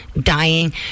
dying